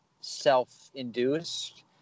self-induced